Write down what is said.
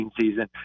season